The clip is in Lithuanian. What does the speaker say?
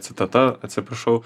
citata atsiprašau